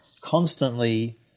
constantly